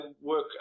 work